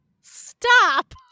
Stop